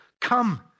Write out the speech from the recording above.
Come